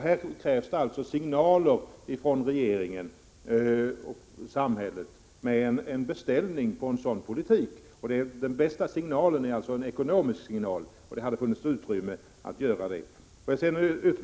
Här krävs det signaler från regeringen och samhället, en beställning av en sådan omställning. Den bästa signalen är en ekonomisk signal, och det hade funnits utrymme för en sådan.